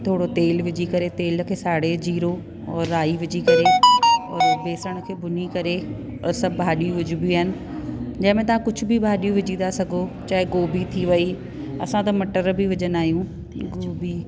थोरो तेल विझी करे तेल खे साड़े करे जीरो ओर राई विझी करे ओर बेसण खे भुञी करे ओर सभु भाडियूं विझबियूं आहिनि जंहिंमें तव्हां कुझु बि भाॼियूं विझी था सघो चाहे गोभी थी वई असां त मटर बि विझंदा आहियूं गोभी